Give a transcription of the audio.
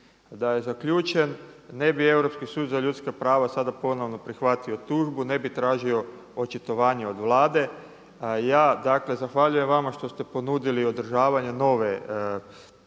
da je zaključen ne bi Europski sud za ljudska prava sada ponovno prihvatio tužbu, ne bi tražio očitovanje od Vlade. Ja dakle zahvaljujem vama što ste ponudili održavanje nove sjednice